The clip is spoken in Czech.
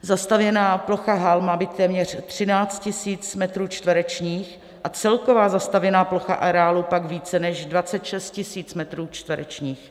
Zastavěná plocha hal má být téměř 13 tisíc metrů čtverečních a celková zastavěná areálu pak více než 26 tisíc metrů čtverečních.